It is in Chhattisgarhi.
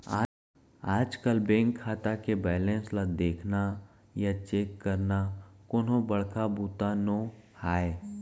आजकल बेंक खाता के बेलेंस ल देखना या चेक करना कोनो बड़का बूता नो हैय